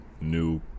new